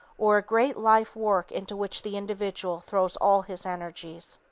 or a great life work into which the individual throws all his energies.